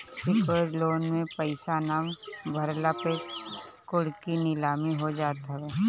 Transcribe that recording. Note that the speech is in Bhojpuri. सिक्योर्ड लोन में पईसा ना भरला पे कुड़की नीलामी हो जात हवे